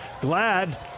Glad